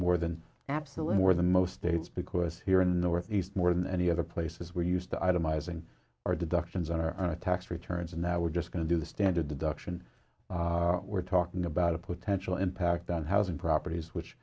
more than absolute more than most states because here in the northeast more than any other places we're used to itemizing our deductions on our tax returns and now we're just going to do the standard deduction we're talking about a potential impact on housing properties which